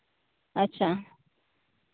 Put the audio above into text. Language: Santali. ᱟᱪᱪᱷᱟ